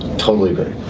totally agree.